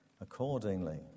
accordingly